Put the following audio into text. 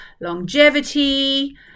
longevity